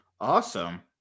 Awesome